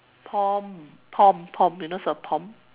pom Pom pom Pom you know what's a pom